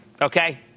Okay